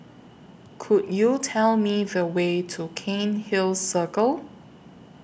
Could YOU Tell Me The Way to Cairnhill Circle